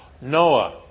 Noah